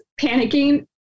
panicking